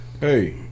Hey